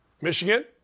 Michigan